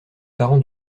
parents